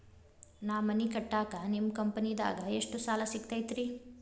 ನಾ ಮನಿ ಕಟ್ಟಾಕ ನಿಮ್ಮ ಕಂಪನಿದಾಗ ಎಷ್ಟ ಸಾಲ ಸಿಗತೈತ್ರಿ?